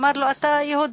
אמר לו: אתה יהודי.